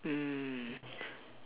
mm